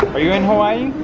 are you in hawaii?